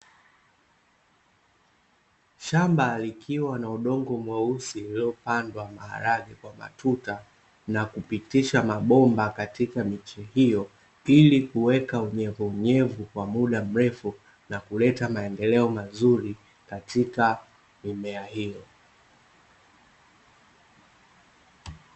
Shamba likiwa na udongo mweusi uliopandwa maharage kwa matuta, na kupitisha mabomba katika miche hiyo, ili kuweka unyevunyevu kwa muda mrefu na kuleta maendeleo mazuri katika mimea hiyo,.